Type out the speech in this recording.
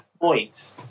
point